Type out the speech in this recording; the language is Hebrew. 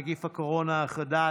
נגיף הקורונה החדש),